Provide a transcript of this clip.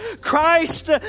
Christ